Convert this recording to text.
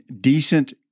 decent